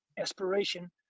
aspiration